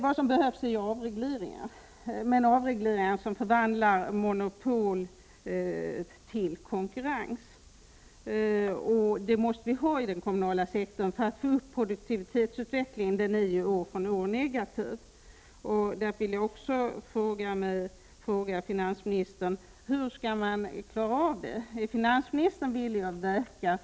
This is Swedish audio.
Vad som behövs är avregleringar, som förvandlar monopol till konkurrens — något som vi måste ha i den kommunala sektorn för att få en ökning av produktiviteten.